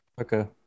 okay